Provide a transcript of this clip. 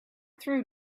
through